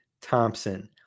Thompson